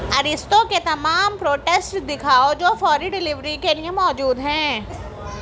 اریستو کے تمام پروٹسٹ دکھاؤ جو فوری ڈیلیوری کے لیے موجود ہیں